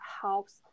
helps